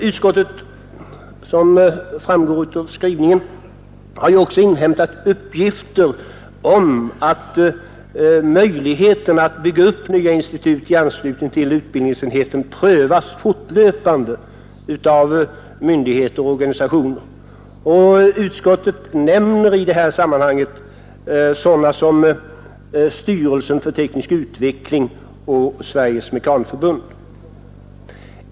Utskottet har även, såsom framgår av skrivningen, inhämtat uppgifter om att möjligheterna att bygga upp nya institut i anslutning till utbildningsenheten prövas fortlöpande av myndigheter och organisationer. Utskottet nämner i detta sammanhang styrelsen för teknisk utveckling och Sveriges mekanförbund.